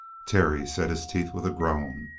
terry set his teeth with a groan,